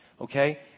Okay